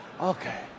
Okay